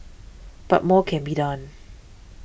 but more can be done